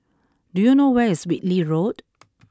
do you know where is Whitley Road